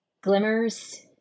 Glimmers